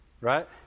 Right